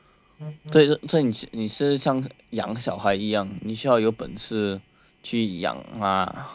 所以你是像养个小孩一样你需要有本事去养他